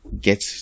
Get